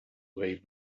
way